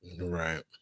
Right